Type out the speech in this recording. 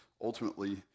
ultimately